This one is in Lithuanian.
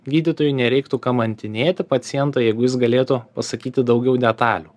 gydytojui nereiktų kamantinėti paciento jeigu jis galėtų pasakyti daugiau detalių